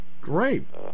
Great